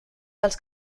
dels